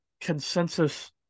consensus